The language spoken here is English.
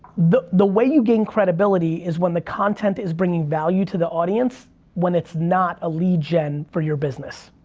the the way you gain credibility is when the content is bringing value to the audience when it's not a lead yeah generator for your business.